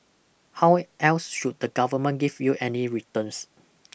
how else should the government give you any returns